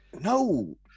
No